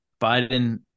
Biden